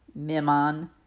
Mimon